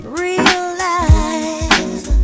realize